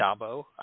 Dabo